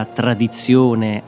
tradizione